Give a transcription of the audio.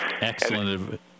Excellent